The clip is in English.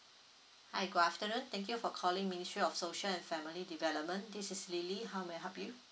hi good afternoon thank you for calling ministry of social and family development this is lily how may I help you